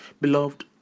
beloved